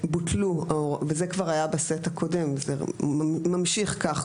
שבוטלו, וזה כבר היה בסט הקודם, זה ממשיך כך.